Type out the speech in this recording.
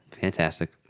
Fantastic